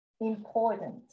important